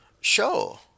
show